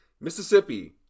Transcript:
Mississippi